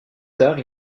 tard